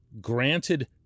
granted